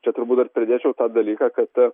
čia turbūt dar pridėčiau tą dalyką kad